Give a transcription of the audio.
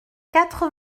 quatre